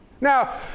Now